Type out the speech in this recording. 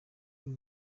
ibi